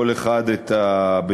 כל אחד בתחומו,